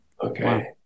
Okay